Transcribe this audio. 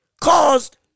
caused